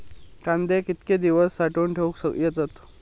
कांदे कितके दिवस साठऊन ठेवक येतत?